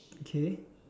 okay